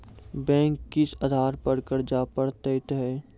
Bank किस आधार पर कर्ज पड़तैत हैं?